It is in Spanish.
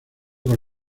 con